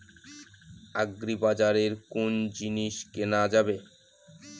আগ্রিবাজারে কোন জিনিস কেনা যাবে?